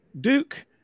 Duke